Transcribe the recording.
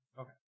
Okay